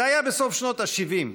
זה היה בסוף שנות ה-70,